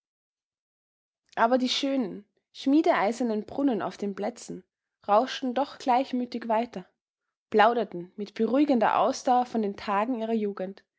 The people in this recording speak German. aber die schönen schmiedeeisernen brunnen auf den plätzen rauschten doch gleichmütig weiter plauderten mit beruhigender ausdauer von den tagen ihrer jugend